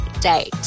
date